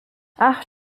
ach